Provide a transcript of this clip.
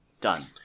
done